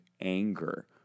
anger